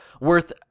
worth